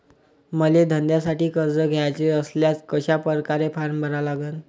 मले धंद्यासाठी कर्ज घ्याचे असल्यास कशा परकारे फारम भरा लागन?